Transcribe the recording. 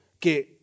que